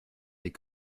des